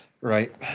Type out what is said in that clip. right